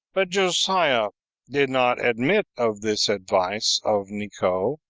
but josiah did not admit of this advice of neco,